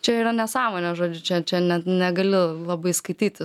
čia yra nesąmonė žodžiu čia čia net negali labai skaityti